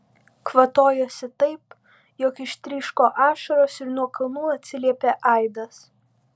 kvatojosi taip jog ištryško ašaros ir nuo kalnų atsiliepė aidas